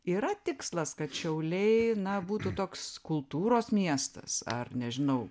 yra tikslas kad šiauliai na būtų toks kultūros miestas ar nežinau